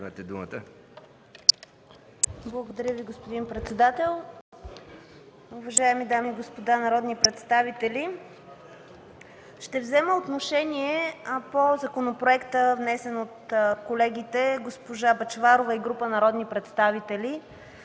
Благодаря Ви, господин председател.